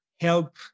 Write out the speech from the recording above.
help